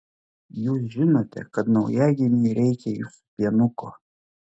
jūs žinote kad naujagimiui reikia jūsų pienuko